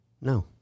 No